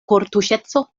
kortuŝeco